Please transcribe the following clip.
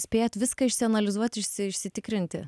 spėjat viską išsianalizuot išsi išsitikrinti